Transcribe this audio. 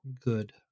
good